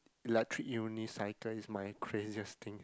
electric unicycle is my craziest thing